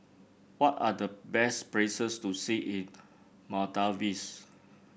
what are the best places to see in Maldives